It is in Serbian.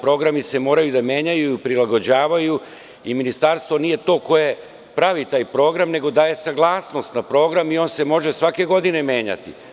Programi moraju da se menjaju i prilagođavaju i Ministarstvo nije to koje pravi taj program nego daje saglasnost na program i on se može svake godine menjati.